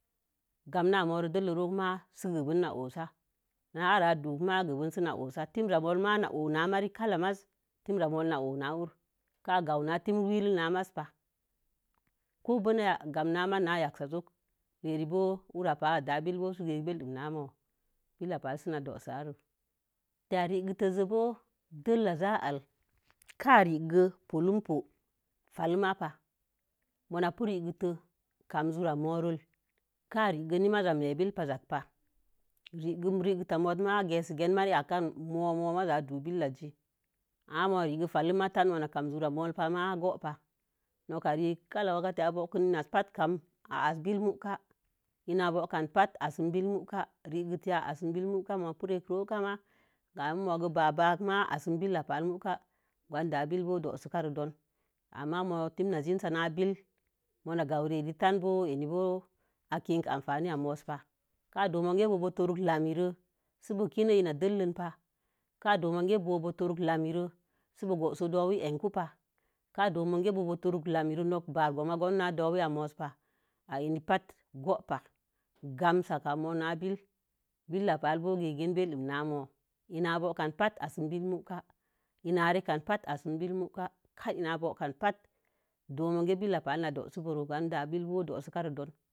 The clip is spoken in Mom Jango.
Gam na'a moren dəllə ron ma sə gəben sə na o'osa. Na'a ra'a dowu'u ma sə gəben sə na wusa. Tnramo̱i ma na wu'ui na marii ka la maiz tinra mo̱i na hur. Ka gumwu na tinre winlin n maiza pa. Ko bennai gamni na maiz na yaksə joko, rea'rə bo̱o̱ ura'a pah a'az da'a bill bo̱o̱ pi kək bəndun rə na mōō. Billək pah si na do'usare wakeke a'a rekingon bo̱o̱ dəllə zahal. Ka rekə polon popo farlinma pa. mo̱o̱ na pi rekətə kamii zu'ura morom lo. ka rə na maiz ma'a billək pa. rəgə ta mo̱o̱ma kətainkə marrii akan mo̱o̱ maiz a'a duhu billək zi. Ama mai rə kə farlinma talin mu kanz zu'ur a mu'ur pa ma'a go̱o̱pa noka rə kəla wakətə ya'a kam zu'ur mo̱o̱ pa ma go̱o̱ pa noka rə kəla wakətə ya'a bowu kun inna zir pa kam a'a asu'u bill muka. Inna bogankan patə asun billək muka. Regəya hasin billək muka mo̱o̱ pu rekə muka ma'a kamin bo̱o̱ ba'a bakə ma, a'sin bill mukə go̱o̱nin da'a billək bo̱o̱ pu dowusikar don. Ama mo̱o̱ timir na zinsa na billək mo̱o̱ na gawurə əre ta bo̱o̱ a'a ni bo̱o̱ a'kin ana farni ya mo̱o̱ pa. Ka do'o mo̱o̱ geə borak lamiro sibo̱o̱ kilo ina dəllən pa'a ka dowu moon kə bo̱o̱ torəkə lamii si bo̱o̱so dowii ənkupa. ka domun kə bo̱o̱ torun lami ro nok ba'ar gonbo̱o̱bon na dowii ya mo̱o̱ pai əni pat gowupa. Gam saka'a mo̱o̱si na billək. Billək pah bo̱o̱ gə'u ken bildun na mo̱o̱. Ina gowuka bata'a i sin billək mu ka. Batə in'abo̱o̱ka ba'atə, do̱wu mukə billək pa lin na do̱o̱su bo̱o̱rə gon da'a billək bo̱o̱ do̱o̱kare don.